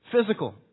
physical